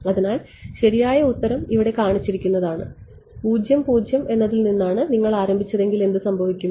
അതിനാൽ ശരിയായ ഉത്തരം ഇവിടെ കാണിച്ചിരിക്കുന്നതാണ് എന്നതിൽ നിന്നാണ് നിങ്ങൾ ആരംഭിച്ചതെങ്കിൽ എന്ത് സംഭവിക്കും